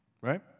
right